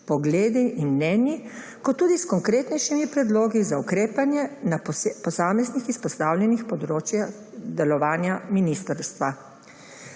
pogledi in mnenji kot tudi s konkretnejšimi predlogi za ukrepanje na posameznih izpostavljenih področjih delovanja ministrstva.